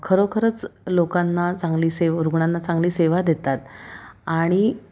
खरोखरंच लोकांना चांगली सेवा रुग्णांना चांगली सेवा देतात आणि